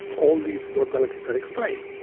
all these dwarf galaxies are explained.